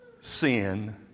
sin